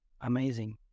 amazing